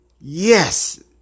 Yes